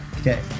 okay